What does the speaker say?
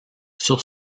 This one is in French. sur